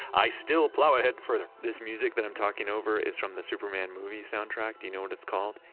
i still plow ahead further. this music that i'm talking over is from the superman movie soundtrack. do you know what it's called?